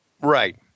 Right